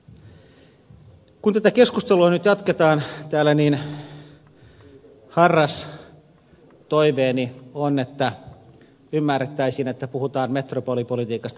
kun tätä keskustelua nyt jatketaan täällä harras toiveeni on että ymmärrettäisiin että puhutaan metropolipolitiikasta metropolialueesta kokonaisuudessaan